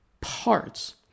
parts